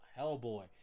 Hellboy